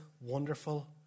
wonderful